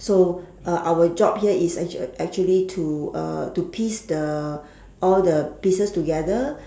so uh our job here is actua~ actually to uh to piece the all the pieces together